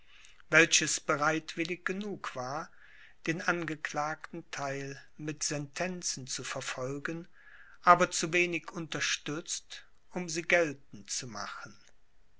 welches bereitwillig genug war den angeklagten theil mit sentenzen zu verfolgen aber zu wenig unterstützt um sie geltend zu machen